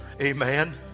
Amen